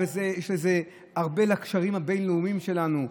יש בזה הרבה לקשרים הבין-לאומיים שלנו.